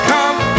Come